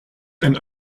and